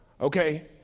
Okay